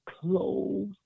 clothes